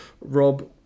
Rob